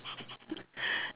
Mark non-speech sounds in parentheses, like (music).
(laughs)